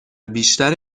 بیشتر